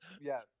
Yes